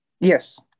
Yes